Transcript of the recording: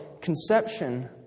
conception